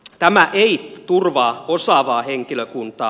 tämä ei turvaa osaavaa henkilökuntaa